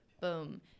boom